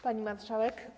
Pani Marszałek!